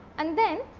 and then